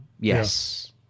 yes